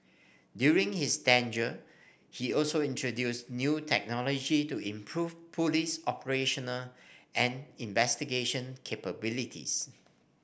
during his tenure he also introduced new technology to improve police operational and investigation capabilities